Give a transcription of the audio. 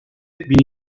bin